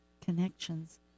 connections